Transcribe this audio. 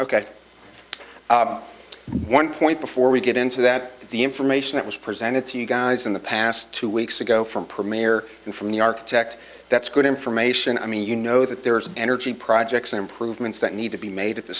ok one point before we get into that the information that was presented to you guys in the past two weeks ago from premier and from the architect that's good information i mean you know that there's energy projects improvements that need to be made at the